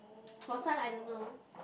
for son I don't know